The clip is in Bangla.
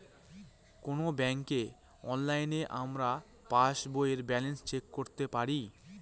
কোনো ব্যাঙ্কে অনলাইনে আমরা পাস বইয়ের ব্যালান্স চেক করতে পারি